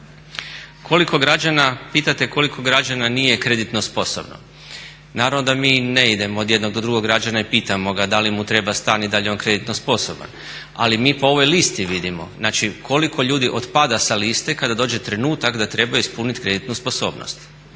lista. Pitate koliko građana nije kreditno sposobno. Naravno da mi ne idemo od jednog do drugog građana i pitamo ga da li mu treba stan i da li je on kreditno sposoban, ali mi po ovoj listi vidimo znači koliko ljudi otpada sa liste kada dođe trenutak da trebaju ispunit kreditnu sposobnost.